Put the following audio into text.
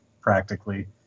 practically